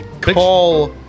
call